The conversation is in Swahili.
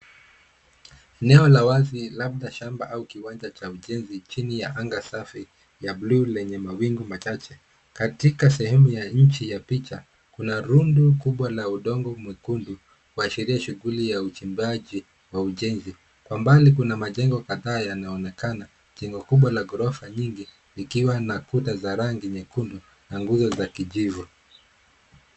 Eneo la wazi, labda shamba au kiwanja cha ujenzi chini ya anga safi ya buluu lenye mawingu machache. Katika sehemu ya nchi ya picha, kuna rundo kubwa la udongo mwekundu kuashiria shuguli ya uchimbaji wa ujenzi. Kwa mbali kuna majengo kadhaa yanaonekana. Jengo kubwa la ghorofa nyingi, likiwa na kuta za rangi nyekundu na nguzo za kijivu.